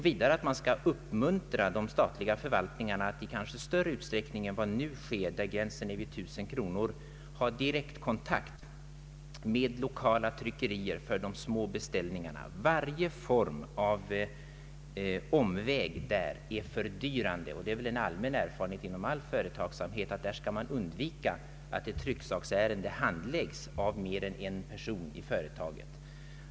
Vidare skulle man uppmuntra de statliga förvaltningarna att i större utsträckning än vad nu sker — gränsen är 1000 kronor — ha direktkontakt med lokala tryckerier för de mindre beställningarna. Varje form av omväg är i detta fall fördyrande, och det är en erfarenhet inom all företagsamhet att man skall undvika att ett obetydligt tryck saksärende handläggs av mer än en person i företaget.